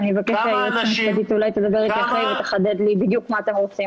אני אבקש שהיועצת המשפטית תחדד איתי אחרי זה בדיוק מה אתם רוצים.